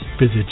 Visit